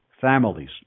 families